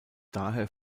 daher